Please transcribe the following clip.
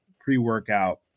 pre-workout